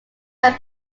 can